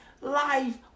life